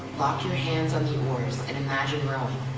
lock your hands on the oars and imagine rowing